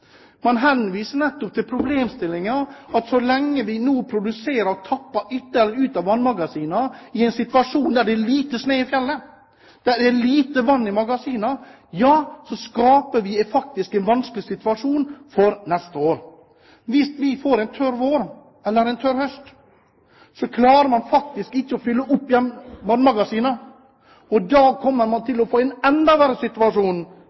Man henviser nettopp til problemstillingen at så lenge vi produserer og tapper ytterligere ut av vannmagasinene, i en situasjon der det er lite snø i fjellet, det er lite vann i magasinene, skaper vi faktisk en vanskelig situasjon for neste år. Hvis vi får en tørr vår eller en tørr høst, klarer man faktisk ikke å fylle opp igjen vannmagasinene. Da kommer vi til å få en enda verre situasjon